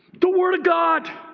the word of god.